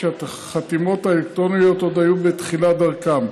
כשהחתימות האלקטרוניות עוד היו בתחילת דרכן.